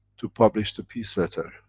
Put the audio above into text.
to publish the peace letter.